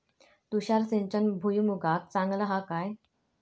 तुषार सिंचन भुईमुगाक चांगला हा काय?